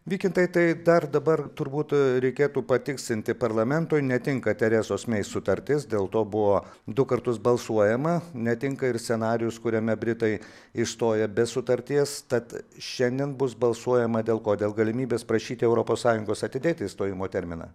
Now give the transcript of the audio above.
vykintai tai dar dabar turbūt reikėtų patikslinti parlamentui netinka teresos mei sutartis dėl to buvo du kartus balsuojama netinka ir scenarijus kuriame britai išstoja be sutarties tad šiandien bus balsuojama dėl ko dėl galimybės prašyti europos sąjungos atidėti išstojimo terminą